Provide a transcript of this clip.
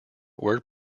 word